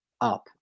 up